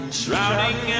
shrouding